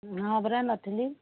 ହଁ ପରା ନଥିଲି